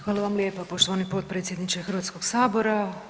Hvala vam lijepa poštovani potpredsjedniče Hrvatskog sabora.